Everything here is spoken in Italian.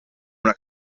una